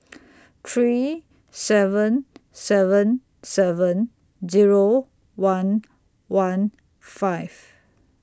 three seven seven seven Zero one one five